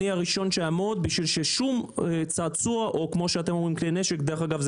אני הראשון שאעמוד כדי ששום צעצוע או כלי נשק דרך אגב,